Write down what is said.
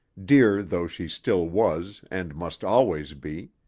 dear though she still was and must always be.